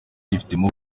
yifitemo